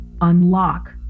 Unlock